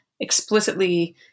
explicitly